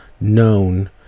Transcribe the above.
known